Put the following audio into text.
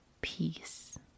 peace